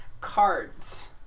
cards